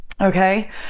Okay